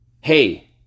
hey